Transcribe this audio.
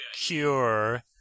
cure